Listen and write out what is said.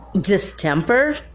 distemper